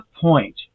point